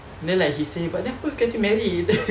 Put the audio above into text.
then like she say but then can do many things